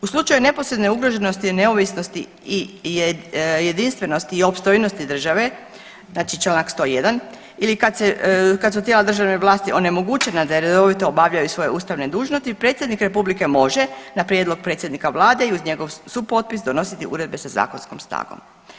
U slučaju neposredne ugroženosti i neovisnosti i jedinstvenosti i opstojnosti države znači čl. 101. ili kad se, kad su tijela državne vlasti onemogućena da redovito obavljaju svoje ustavne dužnosti predsjednik republike može na prijedlog predsjednika vlade i uz njegov supotpis donositi uredbe sa zakonskom snagom.